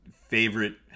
favorite